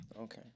Okay